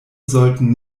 sollten